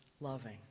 loving